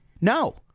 No